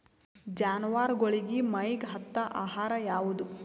ಜಾನವಾರಗೊಳಿಗಿ ಮೈಗ್ ಹತ್ತ ಆಹಾರ ಯಾವುದು?